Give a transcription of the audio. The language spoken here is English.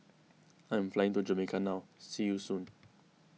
I am flying to Jamaica now see you soon